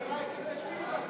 אתה יכול ספר לנו אם יש משבר,